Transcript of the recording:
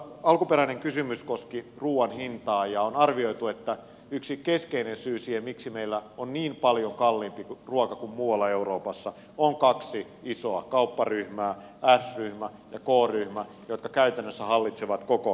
mutta alkuperäinen kysymys koski ruuan hintaa ja on arvioitu että yksi keskeinen syy siihen miksi meillä on niin paljon kalliimpi ruoka kuin muualla euroopassa on kaksi isoa kaupparyhmää s ryhmä ja k ryhmä jotka käytännössä hallitsevat koko ruokakauppaa